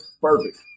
perfect